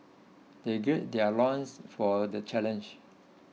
they gird their loins for the challenge